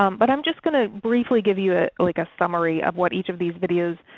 um but i'm just going to briefly give you ah like a summary of what each of these videos